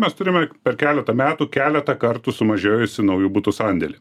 mes turime per keletą metų keletą kartų sumažėjusį naujų butų sandėlį